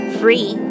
free